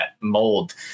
mold